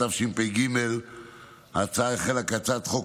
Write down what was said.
התשפ"ג 2023. ההצעה החלה כהצעת חוק